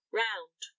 round